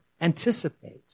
anticipate